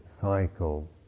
cycle